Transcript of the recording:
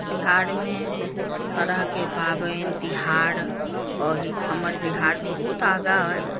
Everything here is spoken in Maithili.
बिहारमे बहुत तरहके पाबनि तिहार अइ हमर बिहार बहुत आगाँ अइ